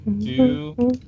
Two